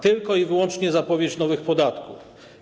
Tylko i wyłącznie zapowiedź nowych podatków.